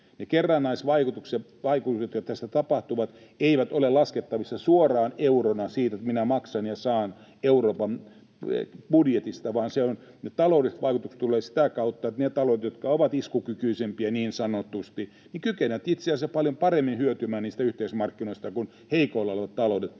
kerrannaisvaikutukset, jotka tässä tapahtuvat, eivät ole laskettavissa suoraan euroina siitä, että minä maksan ja saan Euroopan budjetista, vaan ne taloudelliset vaikutukset tulevat sitä kautta, että ne taloudet, jotka ovat iskukykyisempiä niin sanotusti, kykenevät itse asiassa paljon paremmin hyötymään niistä yhteismarkkinoista kuin heikoilla olevat taloudet,